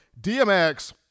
DMX